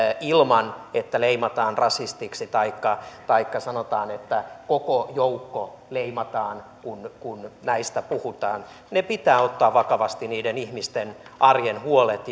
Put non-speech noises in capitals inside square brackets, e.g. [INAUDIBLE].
ilman että leimataan rasistiksi taikka taikka sanotaan että koko joukko leimataan kun kun näistä puhutaan pitää ottaa vakavasti niiden ihmisten arjen huolet [UNINTELLIGIBLE]